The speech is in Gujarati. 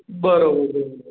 બરાબર બરાબર